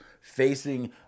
facing